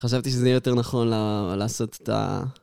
חשבתי שזה יהיה יותר נכון ל... לעשות את ה...